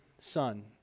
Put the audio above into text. Son